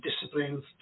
discipline